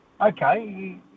Okay